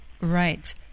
Right